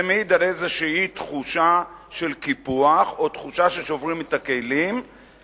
זה מעיד על איזו תחושה של קיפוח או תחושה ששוברים את הכלים,